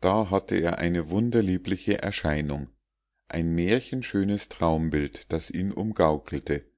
da hatte er eine wunderliebliche erscheinung ein märchenschönes traumbild das ihn umgaukelte